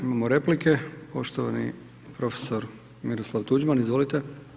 Imamo replike, poštovani prof. Miroslav Tuđman, izvolite.